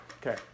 okay